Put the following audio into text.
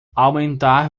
aumentar